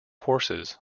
horses